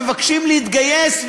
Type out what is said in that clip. שמבקשים להתגייס,